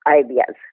ideas